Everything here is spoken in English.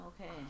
Okay